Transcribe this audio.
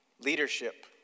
leadership